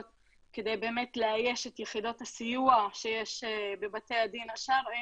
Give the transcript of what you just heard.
כדי לאייש את יחידות הסיוע שיש בבתי הדין השרעי